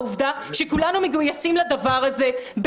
את העובדה שעל זה אנחנו מדברים במקום לדבר על תכנית היציאה מהדבר הזה,